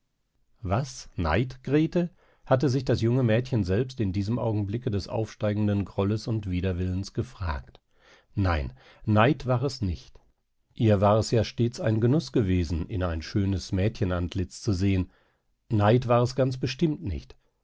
was neid grete hatte sich das junge mädchen selbst in diesem augenblicke des aufsteigenden grolles und widerwillens gefragt nein neid war es nicht ihr war es ja stets ein genuß gewesen in ein schönes mädchenantlitz zu sehen neid war es ganz bestimmt nicht